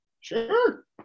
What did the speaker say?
sure